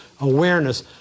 awareness